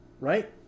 Right